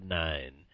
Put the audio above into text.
nine